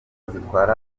zitwara